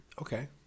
Okay